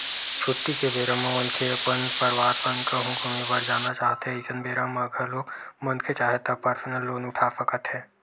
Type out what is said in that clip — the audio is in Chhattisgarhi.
छुट्टी के बेरा म मनखे अपन परवार संग कहूँ घूमे बर जाना चाहथें अइसन बेरा म घलोक मनखे चाहय त परसनल लोन उठा सकत हे